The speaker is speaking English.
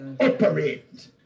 operate